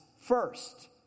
first